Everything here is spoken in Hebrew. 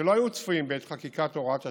שלא היו צפויים בעת חקיקת הוראת השעה,